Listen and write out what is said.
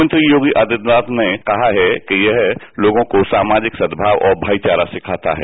मुख्यमंत्री योगी आदित्यनाथ ने अपने संदेश में कहा है कि यह लोगों को सामाजिक सद्भाव और भाईचारा सिखाता है